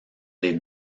les